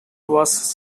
was